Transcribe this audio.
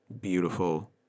beautiful